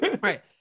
Right